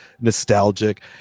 nostalgic